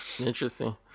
interesting